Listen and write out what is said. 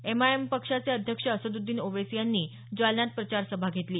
MIM पक्षाचे अध्यक्ष असदुद्दीन ओवैसी यांनी जालन्यात प्रचारसभा घेतली